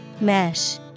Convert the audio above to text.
Mesh